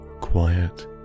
quiet